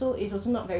like how